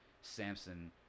samson